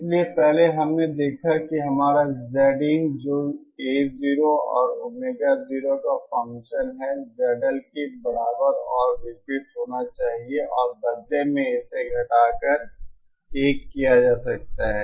इसलिए पहले हमने देखा कि हमारा Zin जो A0 और ओमेगा 0 का फंक्शन है ZL के बराबर और विपरीत होना चाहिए और बदले में इसे और घटाकर 1 किया जा सकता है